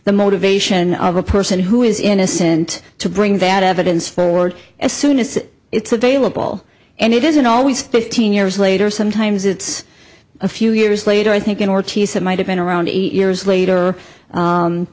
the motivation of a person who is innocent to bring that evidence for as soon as it's available and it isn't always fifteen years later sometimes it's a few years later i think in order to use it might have been around eight years later